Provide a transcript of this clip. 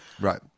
Right